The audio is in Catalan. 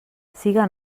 siguen